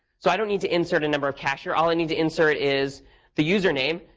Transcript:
so i don't need to insert a number of cash here. all i need to insert is the user name.